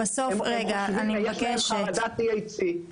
יש להם חרדת THC,